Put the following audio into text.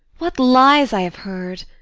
what lies i have heard!